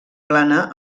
plana